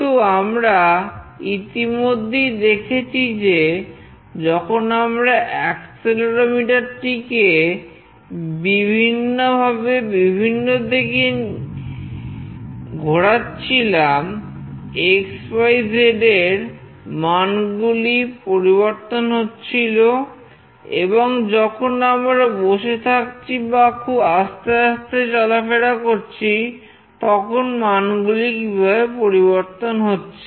তো আমরা ইতিমধ্যেই দেখেছি যে যখন আমরা এক্সেলেরোমিটার টিকে বিভিন্নভাবে বিভিন্ন দিকে ঘোরাচ্ছিলাম xyz এর মান গুলি পরিবর্তন হচ্ছিল এবং যখন আমরা বসে থাকছি বা খুব আস্তে আস্তে চলাফেরা করছি তখন মান গুলি কিভাবে পরিবর্তন হচ্ছে